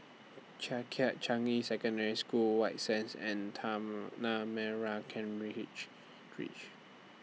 Changkat Changi Secondary School White Sands and Tanah Merah Ken Ridge Ridge